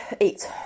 eight